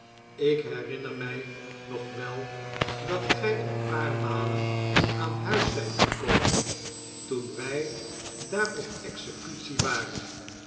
ik herinner mij nog wel dat gij een paar malen aan huis zijt gekomen toen wij daar op executie waren